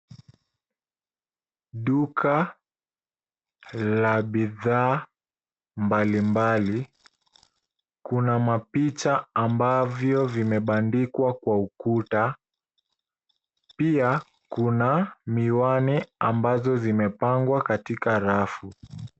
Duka la bidhaa malimbali, kuna mapicha ambavyo vimebandikwa kwa ukuta pia kuna miwani ambazo zimepangwa kwenye rafu.